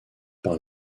par